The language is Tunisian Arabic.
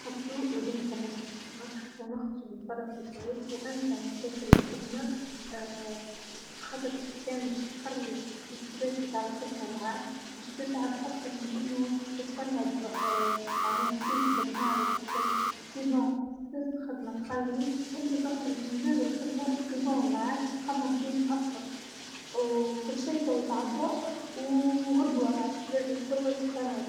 أول شي يساوي كل اللي تجدر عليه وزيادة، وإحتسب الأجر عند ربك، جوم بواجبك تجاه ها الشغل على أكمل وجه، إنك توجف جدام المرايا بنهاية اليوم وتحكي لها إنت سويتي اللي عليك بزيادة هذا الشعورلحاله كفيل إنه ينسيك أي تعب وأي هم وأي غم واجهته بالشغل، والشغل كله تعب أصلا.